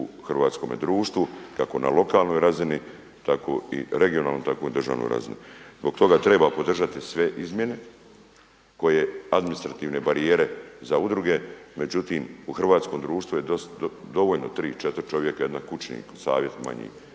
u hrvatskome društvu kako na lokalnoj razini tako i regionalnoj tako i na državnoj razini. Zbog toga treba podržati sve izmjene koje administrativne barijere za udruge, međutim u hrvatskom društvu je dovoljno tri, četiri čovjeka i jedan kućni savjet manji